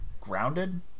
grounded